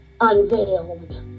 unveiled